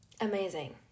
amazing